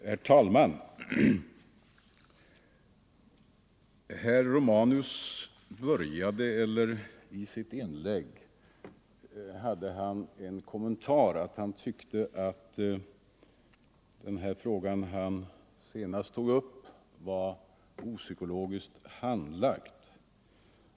Herr talman! Herr Romanus gjorde i sitt inlägg en kommentar: att den här frågan var opsykologiskt handlagd.